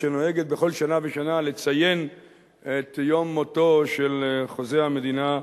אשר נוהגת בכל שנה ושנה לציין את יום מותו של חוזה המדינה,